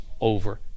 over